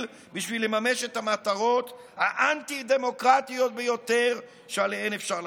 בשביל לממש את המטרות האנטי-דמוקרטיות ביותר שעליהן אפשר לחשוב.